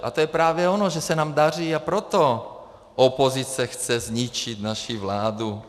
A to je právě ono, že se nám daří, a proto opozice chce zničit naši vládu.